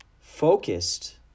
focused